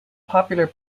popular